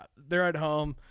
they're at home.